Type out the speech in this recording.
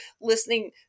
listening